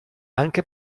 anche